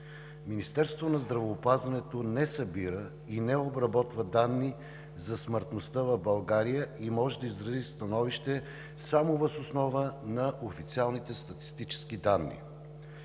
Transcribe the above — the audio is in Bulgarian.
Министерството на здравеопазването не събира и не обработва данни за смъртността в България и може да изрази становище само въз основа на официалните статистически данни.